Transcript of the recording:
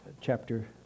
chapter